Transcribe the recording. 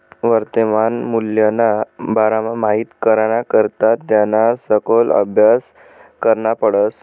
वर्तमान मूल्यना बारामा माहित कराना करता त्याना सखोल आभ्यास करना पडस